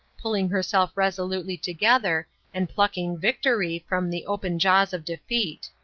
pulling herself resolutely together and plucking victory from the open jaws of defeat.